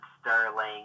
Sterling